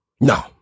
No